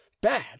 bad